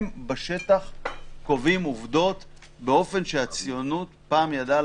הם בשטח קובעים עובדות באופן שהציונות פעם ידעה